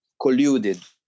colluded